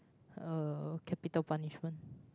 uh capital punishment